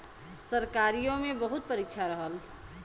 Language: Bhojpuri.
सरकारीओ मे बहुत परीक्षा रहल